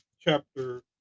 chapter